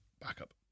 backup